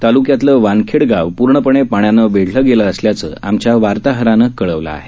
तालुक्यातलं वानखेड गाव पूर्णपणे पाण्यानं वेढलं गेलं असल्याचं आमच्या वार्ताहरानं कळवलं आहे